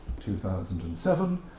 2007